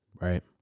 right